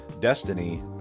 destiny